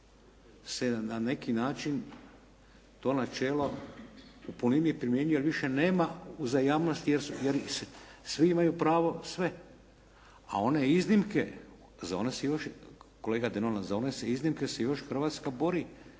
se na neki način to načelo u punini primjenjuje jer više nema uzajamnosti jer svi imaju pravo sve. A one iznimke za one se još, kolega Denona, za one se iznimke se još Hrvatska bori